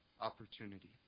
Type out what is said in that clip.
opportunity